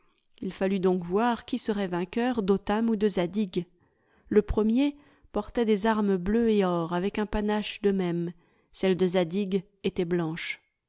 il fallut donc voir qui serait vainqueur d'otame ou de zadig le premier portait des armes bleues et or avec un panache de même celles de zadig étaient blanches